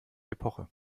epoche